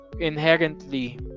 inherently